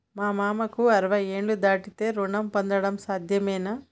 మా మామకు అరవై ఏళ్లు దాటితే రుణం పొందడం సాధ్యమేనా?